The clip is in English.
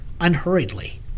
unhurriedly